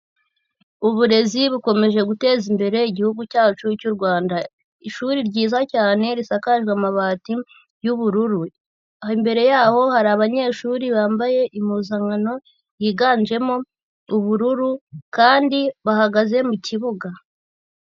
Uburezi bukomeje guteza imbere igihugu cyacu cy'u Rwanda, ishuri ryiza cyane risakajwe amabati y'ubururu, imbere yaho hari abanyeshuri bambaye impuzankano yiganjemo y'ubururu, kandi bahagaze mu kibuga.